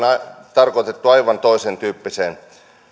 tarkoitettu aivan toisentyyppiseen